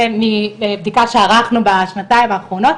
מבדיקה שערכנו בשנתיים האחרונות.